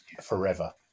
Forever